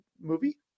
movie